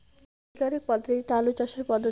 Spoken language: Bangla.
বিজ্ঞানিক পদ্ধতিতে আলু চাষের পদ্ধতি?